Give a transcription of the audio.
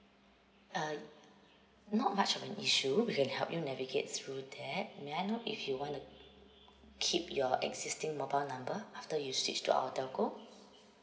uh not much of an issue we can help you navigate through that may I know if you wanna keep your existing mobile number after you switch to our telco